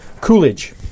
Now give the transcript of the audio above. Coolidge